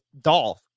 Dolph